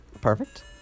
Perfect